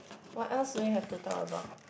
what else do we have to talk about